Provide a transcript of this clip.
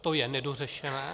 To je nedořešené.